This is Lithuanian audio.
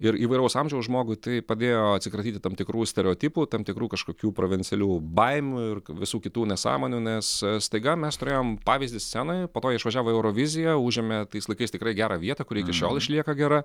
ir įvairaus amžiaus žmogui tai padėjo atsikratyti tam tikrų stereotipų tam tikrų kažkokių provincialių baimių ir visų kitų nesąmonių nes staiga mes turėjom pavyzdį scenoje po to jie išvažiavo į euroviziją užėmė tais laikais tikrai gerą vietą kuri iki šiol išlieka gera